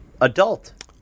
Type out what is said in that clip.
adult